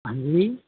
हाँ जी